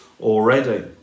already